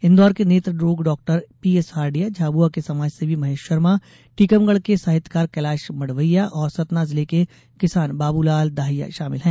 इंदौर के नेत्र रोग डाक्टर पीएसहार्डिया झाबुआ के समाजसेवी महेश शर्मा टीकमगढ के साहित्यकार कैलाश मड़वैया और सतना जिले के किसान बाबूलाल दाहिया शामिल है